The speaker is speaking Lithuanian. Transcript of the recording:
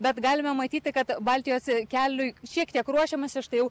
bet galime matyti kad baltijos keliui šiek tiek ruošiamasi štai jau